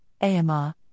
AMR